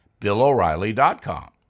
BillO'Reilly.com